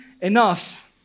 enough